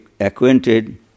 acquainted